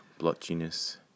blotchiness